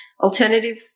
alternative